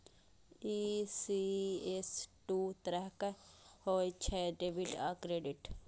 ECS दू तरहक होइ छै, डेबिट आ क्रेडिट